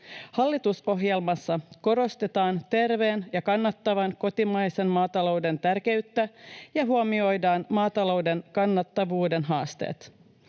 Hallitusohjelmassa korostetaan terveen ja kannattavan kotimaisen maatalouden tärkeyttä ja huomioidaan maatalouden kannattavuuden haasteet.